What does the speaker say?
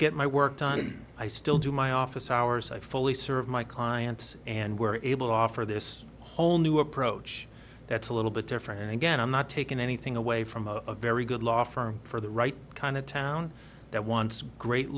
get my work done i still do my office hours i fully serve my clients and were able offer this whole new approach that's a little bit different and again i'm not taking anything away from a very good law firm for the right kind of town that wants great